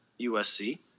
USC